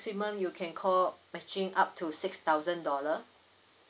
you can co matching up to six thousand dollar